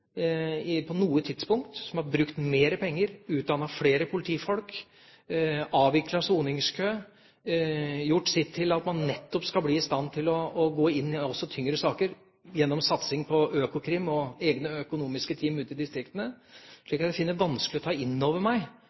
på noe tidspunkt har brukt mer penger, utdannet flere politifolk, avviklet soningskø og gjort sitt til at man skal bli i stand til å gå inn i også tyngre saker, gjennom satsing på Økokrim og egne økonomiske team ute i distriktene. Jeg finner det derfor vanskelig å ta inn over meg